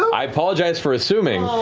i apologize for assuming.